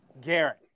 Garrett